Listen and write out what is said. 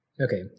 Okay